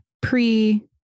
pre